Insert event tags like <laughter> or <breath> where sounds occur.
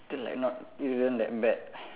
still like not isn't that bad <breath>